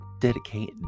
dedicate